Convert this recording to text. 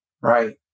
right